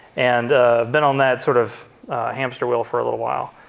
and been on that sort of hamster wheel for a little while.